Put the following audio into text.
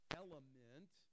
element